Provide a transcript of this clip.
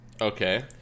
Okay